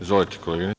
Izvolite.